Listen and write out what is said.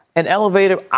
an elevator.